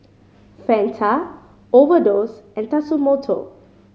Fanta Overdose and Tatsumoto